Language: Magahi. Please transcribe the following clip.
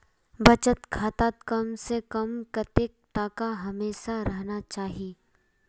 बचत खातात कम से कम कतेक टका हमेशा रहना चही?